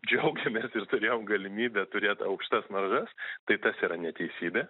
džiaugiamės ir turėjom galimybę turėt aukštas maržas tai tas yra neteisybė